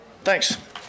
Thanks